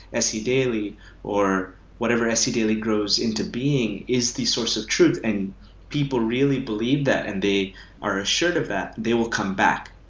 sedaily or whatever is sedaily grows into being is the source of truth and people really believe that and they are assured of that, they will come back.